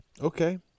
okay